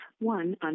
one